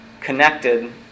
connected